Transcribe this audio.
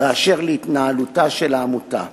באשר להתנהלותה של העמותה.